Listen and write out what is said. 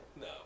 No